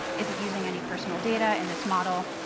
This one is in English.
is it using any personal data in this model?